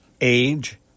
age